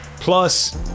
plus